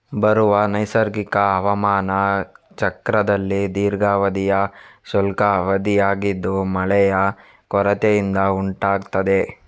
ಬರವು ನೈಸರ್ಗಿಕ ಹವಾಮಾನ ಚಕ್ರದಲ್ಲಿ ದೀರ್ಘಾವಧಿಯ ಶುಷ್ಕ ಅವಧಿಯಾಗಿದ್ದು ಮಳೆಯ ಕೊರತೆಯಿಂದ ಉಂಟಾಗ್ತದೆ